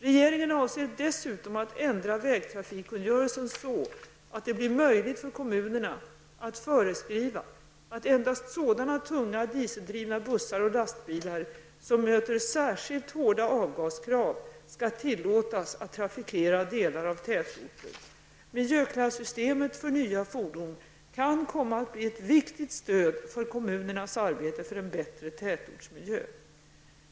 Regeringen avser dessutom att ändra vägtrafikkungörelsen så att det blir möjligt för kommunerna att föreskriva att endast sådana tunga dieseldrivna bussar och lastbilar som möter särskilda hårda avgaskrav skall tillåtas att trafikera delar av tätorter. Miljöklassystemet för nya fordon kan komma att bli ett viktigt stöd för kommunernas arbete för en bättre tätortsmiljö.